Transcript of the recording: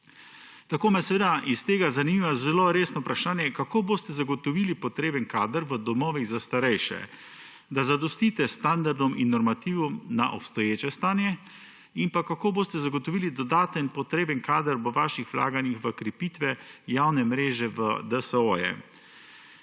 Tako me seveda iz tega zanima zelo resno vprašanje: Kako boste zagotovili potreben kader v domovih za starejše, da zadostite standardom in normativom na obstoječe stanje? Kako boste zagotovili dodaten potreben kader po vaših vlaganjih v krepitve javne mreže v DSO-je?